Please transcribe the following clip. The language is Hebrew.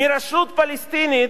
מהרשות הפלסטינית,